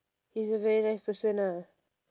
is a very nice person ah